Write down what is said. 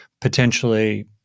potentially